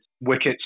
wickets